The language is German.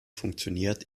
funktioniert